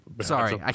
Sorry